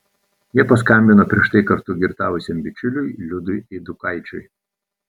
jie paskambino prieš tai kartu girtavusiam bičiuliui liudui eidukaičiui